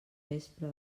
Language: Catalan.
vespra